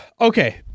Okay